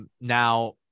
Now